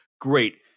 Great